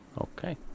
Okay